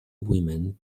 women